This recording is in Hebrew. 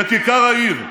בכיכר העיר.